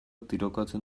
tirokatzen